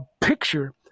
picture